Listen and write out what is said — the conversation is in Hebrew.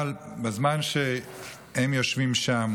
אבל בזמן שהם יושבים שם